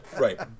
Right